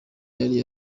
yari